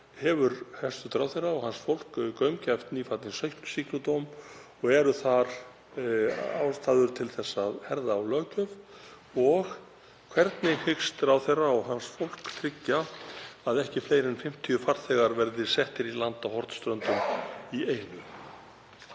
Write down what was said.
Hafa hæstv. ráðherra og hans fólk gaumgæft nýfallinn sýknudóm og eru þar ástæður til að herða löggjöf? Hvernig hyggst ráðherra og hans fólk tryggja að ekki fleiri en 50 farþegar verði settir í land á Hornströndum í einu?